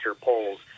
polls